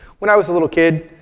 when i was a little kid,